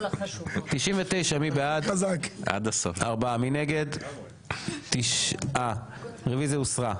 הצבעה בעד, 4 נגד, 9 נמנעים, אין לא אושר.